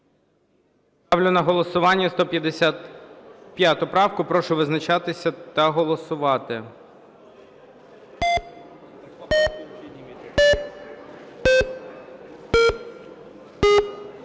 Ставлю на голосування 155 правку. Прошу визначатися та голосувати.